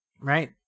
Right